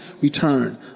Return